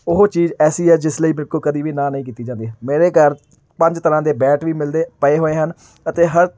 ਉਹ ਚੀਜ਼ ਐਸੀ ਹੈ ਜਿਸ ਲਈ ਮੇਰੇ ਕੋਲ ਕਦੀ ਵੀ ਨਾ ਨਹੀਂ ਕੀਤੀ ਜਾਂਦੀ ਮੇਰੇ ਘਰ ਪੰਜ ਤਰ੍ਹਾਂ ਦੇ ਬੈਟ ਵੀ ਮਿਲਦੇ ਪਏ ਹੋਏ ਹਨ ਅਤੇ ਹਰ